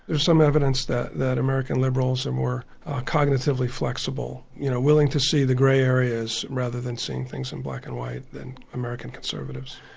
there's some evidence that that american liberals are more cognitively flexible, you know willing to see the grey areas rather than seeing things in black and white than american conservatives.